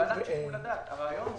הרעיון הוא